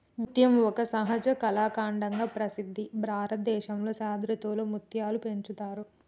ముత్యం ఒక సహజ కళాఖండంగా ప్రసిద్ధి భారతదేశంలో శరదృతువులో ముత్యాలు పెంచుతారు